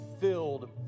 filled